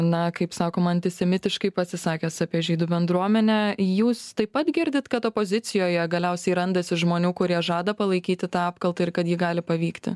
na kaip sakoma antisemitiškai pasisakęs apie žydų bendruomenę jūs taip pat girdit kad opozicijoje galiausiai randasi žmonių kurie žada palaikyti tą apkaltą ir kad ji gali pavykti